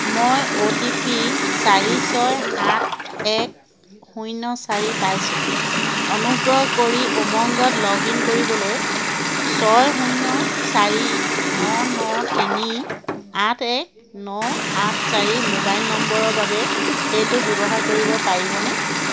মই O T P চাৰি ছয় সাত এক শূন্য চাৰি পাইছোঁ অনুগ্ৰহ কৰি উমংগত লগ ইন কৰিবলৈ ছয় শূন্য চাৰি ন ন তিনি আঠ এক ন আঠ চাৰি মোবাইল নম্বৰৰ বাবে সেইটো ব্যৱহাৰ কৰিব পাৰিবনে